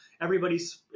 Everybody's